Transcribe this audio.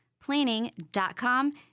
planning.com